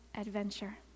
adventure